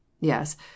Yes